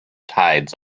tides